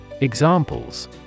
Examples